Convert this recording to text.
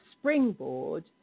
springboard